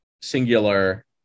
singular